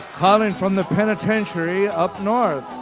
calling from the penitentiary up north.